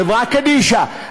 חברה קדישא.